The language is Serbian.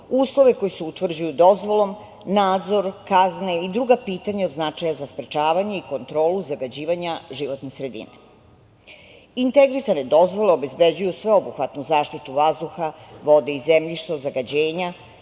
uslove koji se utvrđuju dozvolom, nadzor, kazne i druga pitanja od značaja za sprečavanje i kontrolu zagađivanja životne sredine. Integrisane dozvole obezbeđuju sveobuhvatnu zaštitu vazduha, vode i zemljišta od zagađenja,